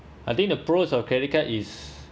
I think the pro of credit card is